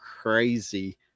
crazy